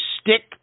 stick